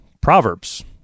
Proverbs